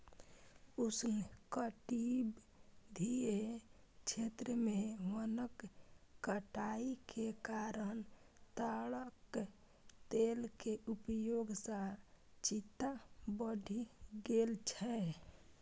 उष्णकटिबंधीय क्षेत्र मे वनक कटाइ के कारण ताड़क तेल के उपयोग सं चिंता बढ़ि गेल छै